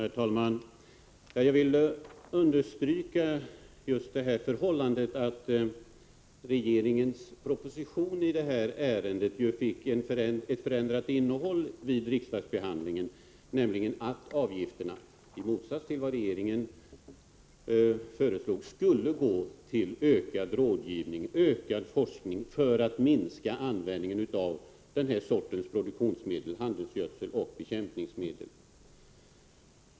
Herr talman! Jag vill understryka just det förhållandet att regeringens proposition i detta ärende fick ett förändrat innehåll vid riksdagsbehandlingen på så sätt att det slogs fast att avgifterna, i motsats till vad regeringen föreslog, skulle gå till ökad rådgivning och forskning för att minska användningen av den här sortens produktionsmedel, handelsgödsel och bekämpningsmedel.